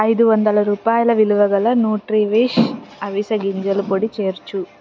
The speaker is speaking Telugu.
ఐదువందల రూపాయల విలువ గల న్యూట్రీవిష్ అవిసె గింజల పొడిని చేర్చు